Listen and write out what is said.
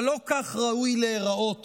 אבל לא כך ראוי להיראות